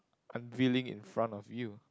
unveiling in front of you